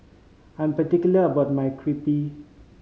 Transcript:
I'm particular about my Crepe